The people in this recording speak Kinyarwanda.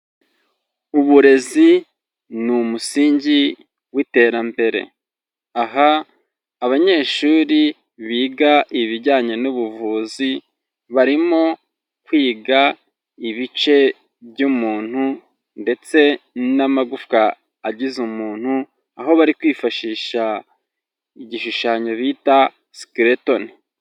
Uburezi ni umusingi w'iterambere, aha abanyeshuri biga ibijyanye n'ubuvuzi, barimo kwiga ibice by'umuntu ndetse n'amagufwa agize umuntu, aho bari kwifashisha igishushanyo bita skeleton.